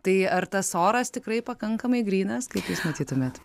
tai ar tas oras tikrai pakankamai grynas kaip jūs matytumėt